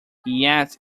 yet